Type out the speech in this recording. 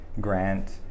grant